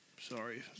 Sorry